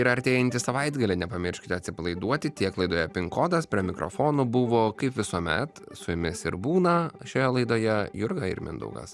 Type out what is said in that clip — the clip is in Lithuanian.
ir artėjantį savaitgalį nepamirškite atsipalaiduoti tiek laidoje pinkodas prie mikrofonų buvo kaip visuomet su jumis ir būna šioje laidoje jurga ir mindaugas